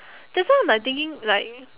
that's why I'm like thinking like